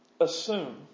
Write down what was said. assume